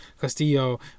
Castillo